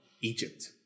Egypt